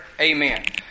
Amen